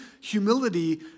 humility